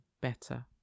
better